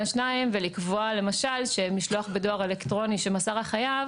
השניים ולקבוע שמשלוח בדואר אלקטרוני שמסר החייב